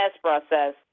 process